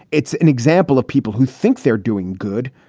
it's an example of people who think they're doing good,